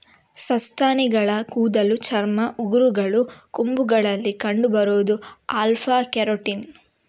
ಸಸ್ತನಿಗಳ ಕೂದಲು, ಚರ್ಮ, ಉಗುರುಗಳು, ಕೊಂಬುಗಳಲ್ಲಿ ಕಂಡು ಬರುದು ಆಲ್ಫಾ ಕೆರಾಟಿನ್